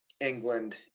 england